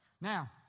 Now